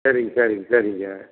சரிங்க சரிங்க சரிங்க